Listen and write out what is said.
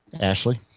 Ashley